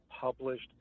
published